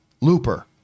Looper